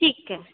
ठीक ऐ